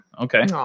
Okay